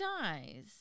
dies